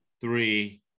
three